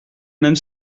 même